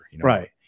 Right